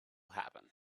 happen